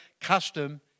custom